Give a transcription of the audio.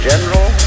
general